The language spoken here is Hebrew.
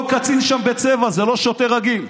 כל קצין שם בצבע, זה לא שוטר רגיל,